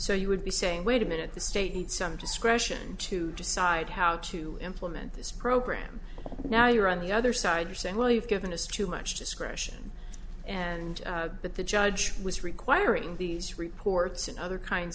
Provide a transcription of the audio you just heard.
so you would be saying wait a minute the state needs some discretion to decide how to implement this program now you're on the other side are saying well you've given us too much discretion and that the judge was requiring these reports and other kinds